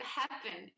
happen